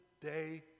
day